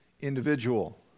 individual